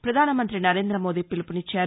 ప్రపధాన మంతి నరేంద మోదీ పిలుపునిచ్చారు